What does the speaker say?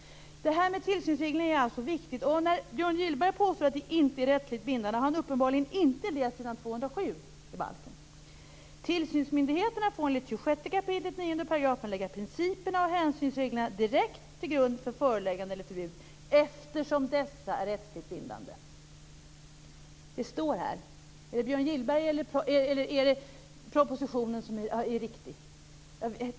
Det här med tillsynsregler är alltså viktigt. När Björn Gillberg påstår att detta inte är rättsligt bindande har han uppenbarligen inte läst s. 207 i balken: Tillsynsmyndigheterna får enligt 26 kap. 9 § lägga principerna och hänsynsreglerna direkt till grund för föreläggande eller förbud eftersom dessa är rättsligt bindande. Är det vad Björn Gillberg säger eller är det vad som sägs i propositionen som är det riktiga?